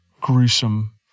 gruesome